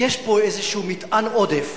יש פה איזה מטען עודף